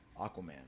Aquaman